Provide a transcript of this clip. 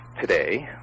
today